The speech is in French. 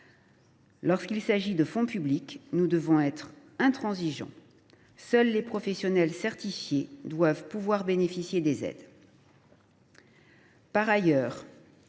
Lorsqu’il s’agit de fonds publics, nous devons être intransigeants : seuls les professionnels certifiés doivent pouvoir bénéficier des aides. Par ailleurs,